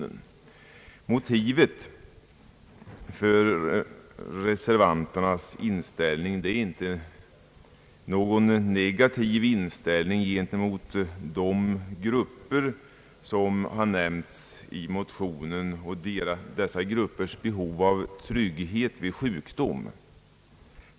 Motivet för reservanternas ställningstagande är inte någon negativ inställning gentemot de grupper som nämns i motionerna och dessa gruppers behov av trygghet vid sjukdom.